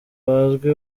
bazwi